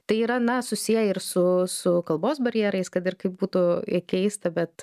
tai yra na susiję ir su su kalbos barjerais kad ir kaip būtų keista bet